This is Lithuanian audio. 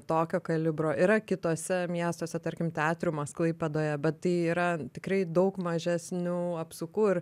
tokio kalibro yra kituose miestuose tarkim teatriumas klaipėdoje bet tai yra tikrai daug mažesnių apsukų ir